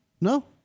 No